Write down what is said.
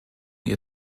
ihr